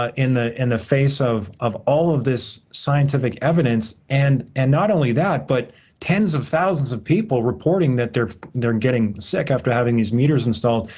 ah in the and the face of of all of this scientific evidence. and and not only that, but tens of thousands of people reporting that they're they're getting sick after having these meters installed.